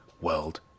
World